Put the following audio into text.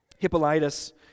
Hippolytus